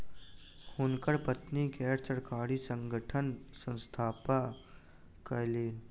हुनकर पत्नी गैर सरकारी संगठनक स्थापना कयलैन